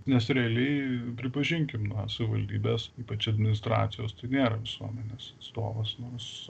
nes realiai pripažinkim na savivaldybės ypač administracijos tai nėra visuomenės stovas nors